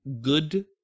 good